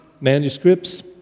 manuscripts